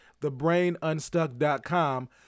thebrainunstuck.com